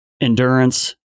endurance